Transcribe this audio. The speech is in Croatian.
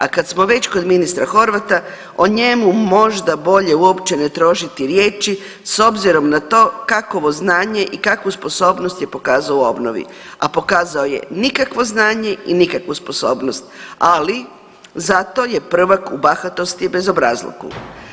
A kad smo već kod ministra Horvata, o njemu možda bolje uopće ne trošiti riječi s obzirom na to kakovo znanje i kakvu sposobnost je pokazao u obnovu, a pokazao je nikakvo znanje i nikakvu sposobnost, ali zato je prvak u bahatosti i bezobrazluku.